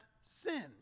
sin